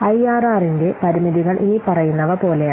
ഐആർആറിന്റെ പരിമിതികൾ ഇനിപ്പറയുന്നവ പോലെയാണ്